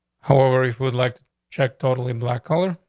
however, if would like to check totally black color,